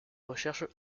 recherches